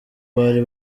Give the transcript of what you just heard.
bari